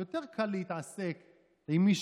יותר קל להתעסק עם מי